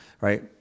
right